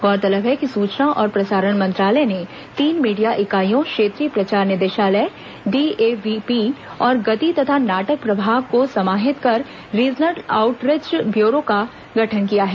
गौरतलब है कि सूचना और प्रसारण मंत्रालय ने तीन मीडिया इकाईयों क्षेत्रीय प्रचार निदेशालय डीए वीपी और गीत तथा नाटक प्रभाग को समाहित कर रीजनल आऊटरीच ब्यूरो का गठन किया है